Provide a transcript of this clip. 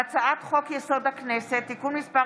הצעת חוק-יסוד: הכנסת (תיקון מס'